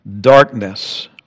darkness